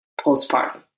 postpartum